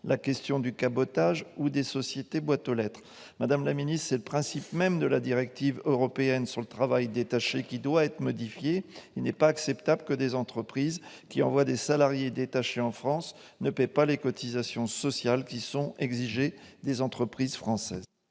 détachement, du cabotage ou des sociétés boîtes aux lettres. Madame la ministre, c'est le principe même de la directive européenne sur le travail détaché qui doit être revu. Il n'est pas acceptable que des entreprises qui envoient des salariés détachés en France ne paient pas les cotisations sociales qui sont exigées des entreprises françaises.